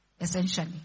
essentially